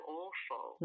awful